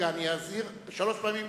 אני לא אסבול כרגע, אני אזהיר שלוש פעמים רצוף.